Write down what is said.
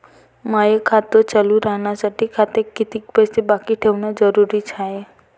माय खातं चालू राहासाठी खात्यात कितीक पैसे बाकी ठेवणं जरुरीच हाय?